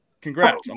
Congrats